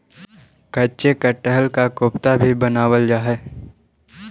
कच्चे कटहल का कोफ्ता भी बनावाल जा हई